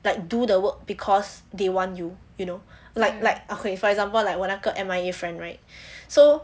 like do the work because they want you you know like like okay for example like 我那个 M_I_A friend right so